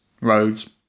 roads